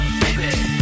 baby